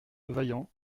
vaillant